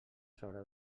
sobre